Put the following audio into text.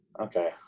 okay